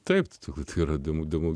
taip turbūt yra dingdavo